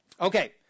Okay